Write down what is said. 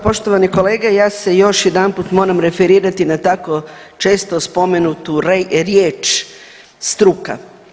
Poštovani kolega, ja se još jedanput moram referirati na tako često spomenutu riječ struka.